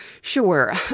Sure